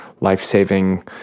life-saving